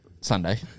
Sunday